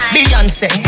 Beyonce